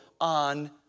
on